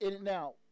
now